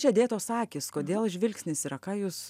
čia dėtos akys kodėl žvilgsnis yra ką jūs